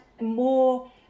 more